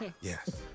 Yes